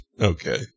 okay